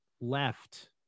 left